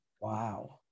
Wow